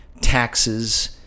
taxes